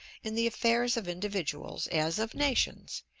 in the affairs of individuals, as of nations,